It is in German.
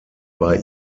bei